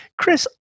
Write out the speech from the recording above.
Chris